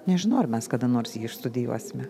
nežinau ar mes kada nors jį išstudijuosime